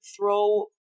throw